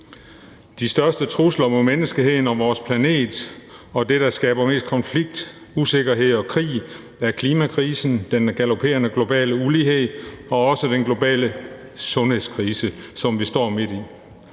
De største trusler mod menneskeheden og vores planet og det, der skaber mest konflikt, usikkerhed og krig, er klimakrisen, den galoperende globale ulighed og også den globale sundhedskrise, som vi står midt i.